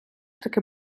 таки